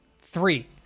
three